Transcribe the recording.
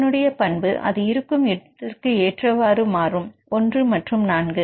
அதனுடைய பண்பு அது இருக்கும் இடத்திற்கு ஏற்றவாறு மாறும்1 and 4